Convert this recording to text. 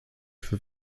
für